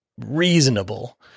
reasonable